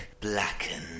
blackened